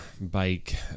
bike